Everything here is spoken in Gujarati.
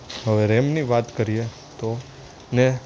હવે રેમની વાત કરીએ તો ને